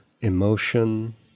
emotion